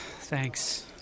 thanks